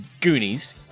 Goonies